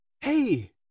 Hey